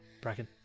Bracken